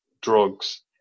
drugs